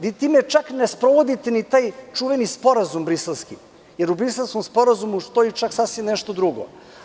Vi time čak ne sprovodite ni taj čuveni sporazum Briselski, jer u Briselskom sporazumu stoji nešto sasvim drugo.